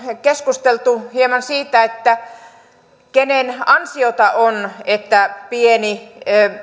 keskusteltu hieman siitä kenen ansiota on että pieni